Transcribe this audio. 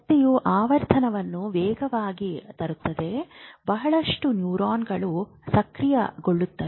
ಶಕ್ತಿಯು ಆವರ್ತನವನ್ನು ವೇಗವಾಗಿ ತರುತ್ತದೆ ಬಹಳಷ್ಟು ನ್ಯೂರಾನ್ಗಳು ಸಕ್ರಿಯಗೊಳ್ಳುತ್ತವೆ